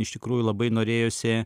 iš tikrųjų labai norėjosi